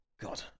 God